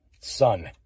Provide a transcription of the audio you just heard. son